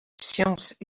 science